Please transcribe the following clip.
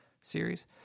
series